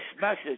message